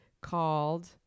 called